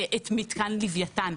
את מתקן ליוויתן,